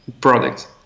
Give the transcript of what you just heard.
product